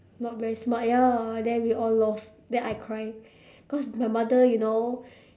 not very smart ya then we all lost then I cry cause my mother you know